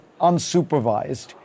Unsupervised